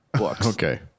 Okay